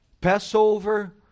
Passover